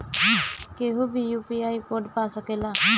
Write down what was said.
केहू भी UPI code पा सकेला?